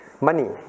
money